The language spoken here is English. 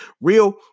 real